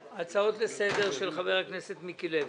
הצעות לסדר של חבר הכנסת מיקי לוי.